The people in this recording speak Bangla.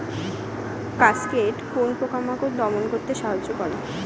কাসকেড কোন পোকা মাকড় দমন করতে সাহায্য করে?